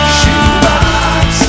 shoebox